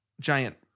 giant –